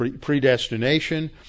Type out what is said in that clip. predestination